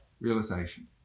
realization